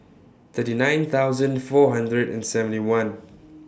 thirty nine thousand four hundred and seventy one